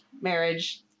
marriage